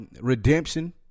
Redemption